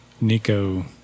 Nico